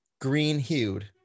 green-hued